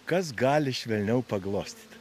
kas gali švelniau paglostyt